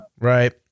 Right